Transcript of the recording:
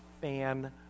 fan